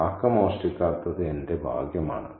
കാക്ക മോഷ്ടിക്കാത്തത് എന്റെ ഭാഗ്യമാണ്